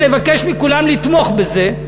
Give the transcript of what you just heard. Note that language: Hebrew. ונבקש מכולם לתמוך בזה,